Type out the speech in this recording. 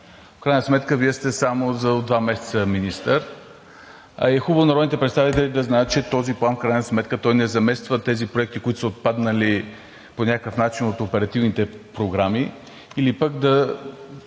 В крайна сметка Вие сте само от два месеца министър, а и е хубаво народните представители да знаят, че този план в крайна сметка, не замества тези проекти, които са отпаднали по някакъв начин от оперативните програми,